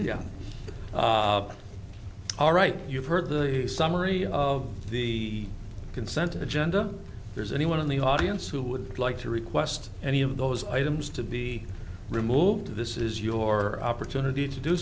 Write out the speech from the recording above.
play all right you've heard the summary of the consent agenda there's anyone in the audience who would like to request any of those items to be removed this is your opportunity to do